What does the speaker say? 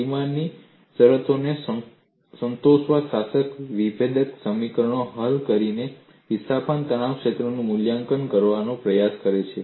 સીમાની શરતોને સંતોષતા શાસક વિભેદક સમીકરણો હલ કરીને વિસ્થાપન તણાવ ક્ષેત્રનું મૂલ્યાંકન કરવાનો પ્રયાસ કરે છે